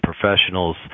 professionals